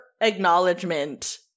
acknowledgement